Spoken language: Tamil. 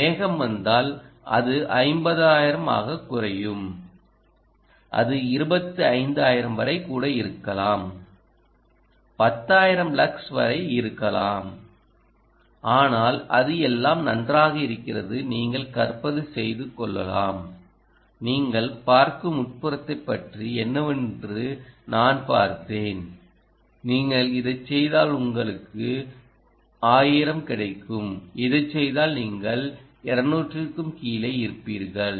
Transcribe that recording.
ஒரு மேகம் வந்தால் அது 50000 ஆகக் குறையும் அது 25000 வரை கூட இருக்கலாம் 10000 லக்ஸ் வரை இருக்கலாம் ஆனால் அது எல்லாம் நன்றாக இருக்கிறது என்று நீங்கள் கற்பனை செய்து கொள்ளலாம் நீங்கள் பார்க்கும் உட்புறத்தைப் பற்றி என்னவென்று நான் பார்த்தேன் நீங்கள் இதைச் செய்தால் உங்களுக்கு 1000 கிடைக்கும் இதைச் செய்தால் நீங்கள் 200 க்கு கீழே இருப்பீர்கள்